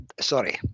sorry